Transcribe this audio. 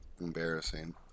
embarrassing